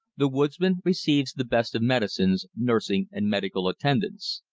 the woodsman receives the best of medicines, nursing, and medical attendance.